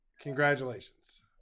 Congratulations